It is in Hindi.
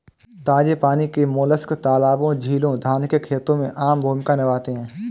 ताजे पानी के मोलस्क तालाबों, झीलों, धान के खेतों में आम भूमिका निभाते हैं